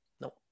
No